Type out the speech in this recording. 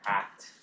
act